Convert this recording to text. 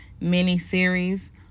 mini-series